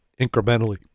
incrementally